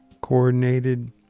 coordinated